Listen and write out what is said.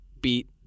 beat